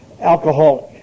alcoholic